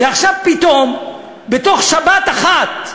ועכשיו פתאום, בתוך שבת אחת,